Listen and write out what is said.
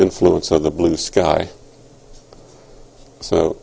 influence of the blue sky so